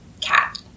cat